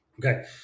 Okay